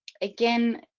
again